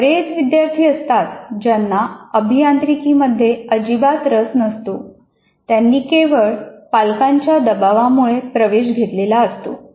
असे बरेच विद्यार्थी असतात ज्यांना अभियांत्रिकीमध्ये अजिबात रस नसतो त्यांनी केवळ पालकांच्या दबावामुळे प्रवेश घेतलेला असतो